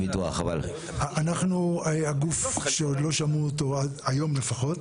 אנחנו הגוף שעוד לא שמעו אותו, היום לפחות.